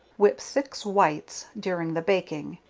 whip six whites, during the baking,